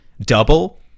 double